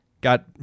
got